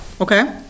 Okay